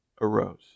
arose